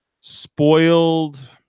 spoiled